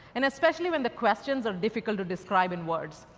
and especially when the questions are difficult to describe in words.